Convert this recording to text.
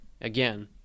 Again